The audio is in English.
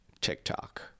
tiktok